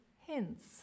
hints